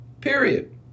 period